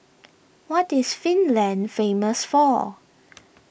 what is Finland famous for